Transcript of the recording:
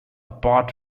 apart